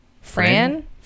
Fran